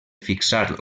fixar